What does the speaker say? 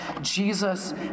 Jesus